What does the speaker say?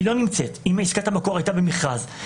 אם עסקת המקור הייתה במכרז.